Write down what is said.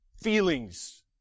feelings